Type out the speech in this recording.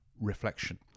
reflection